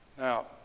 Now